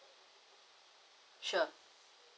sure